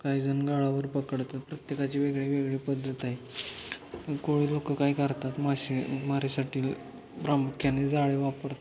काही जण गाळावर पकडतात प्रत्येकाची वेगळी वेगळी पद्धत आहे कोळी लोक काय करतात मासेमारीसाठी प्रामुख्याने जाळे वापरतात